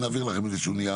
נעביר לכם נייר.